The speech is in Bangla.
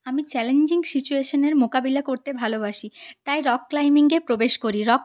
আমি চ্যালেঞ্জিং সিচুয়েশনের মোকাবিলা করতে ভালোবাসি তাই রক ক্লাইম্বিংয়ে প্রবেশ করি